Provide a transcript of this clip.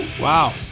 Wow